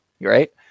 right